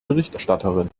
berichterstatterin